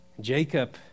Jacob